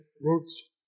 roots